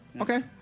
Okay